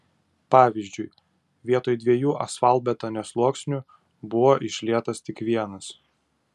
pavyzdžiui vietoj dviejų asfaltbetonio sluoksnių buvo išlietas tik vienas